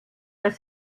das